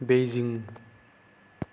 Beijing